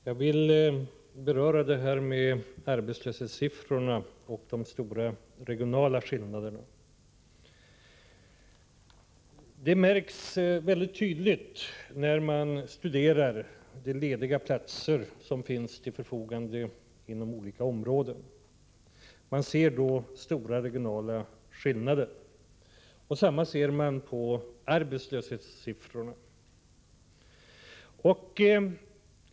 Herr talman! Jag vill beröra arbetslöshetssiffrorna och de stora regionala skillnaderna. Det märks väldigt tydligt när man studerar de lediga platser som står till förfogande inom olika områden att det råder stora regionala skillnader. Detsamma gäller arbetslöshetssiffrorna.